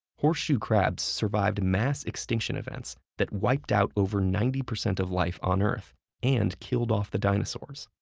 horseshoe crabs survived mass extinction events that wiped out over ninety percent of life on earth and killed off the dinosaurs,